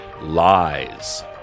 lies